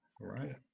right